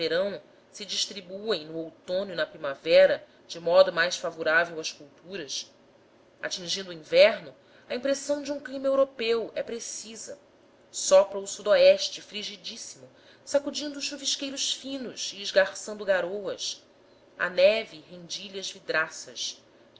verão se distribuem no outono e na primavera de modo favorável às culturas atingindo o inverno a impressão de um clima europeu é precisa sopra o so frigidíssimo sacudindo chuvisqueiros finos e esgarçando garoas a neve rendilha as vidraças